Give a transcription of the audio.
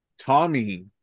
Tommy